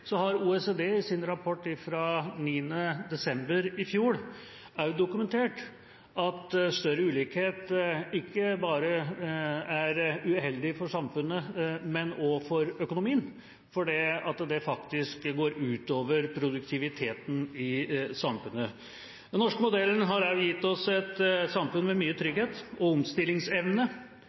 har OECD i sin rapport fra 9. desember i fjor dokumentert at større ulikhet ikke bare er uheldig for samfunnet, men også for økonomien, fordi det går ut over produktiviteten i samfunnet. Den norske modellen har også gitt oss et samfunn med mye